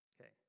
okay